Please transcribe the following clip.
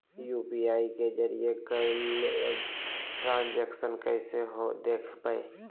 UPI के जरिए कैल ट्रांजेक्शन कैसे देखबै?